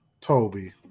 Toby